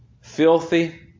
filthy